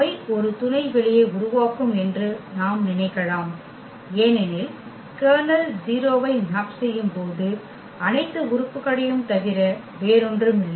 அவை ஒரு துணைவெளியை உருவாக்கும் என்று நாம் நினைக்கலாம் ஏனெனில் கர்னல் 0 ஐ மேப் செய்யும் போது அனைத்து உறுப்புகளையும் தவிர வேறொன்றுமில்லை